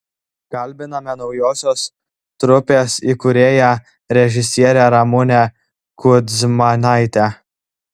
kalbiname naujosios trupės įkūrėją režisierę ramunę kudzmanaitę